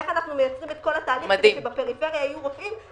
איך אנחנו מייצרים את כל התהליך כדי שפריפריה יהיו רופאים,